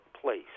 place